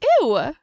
Ew